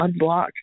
unblock